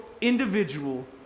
individual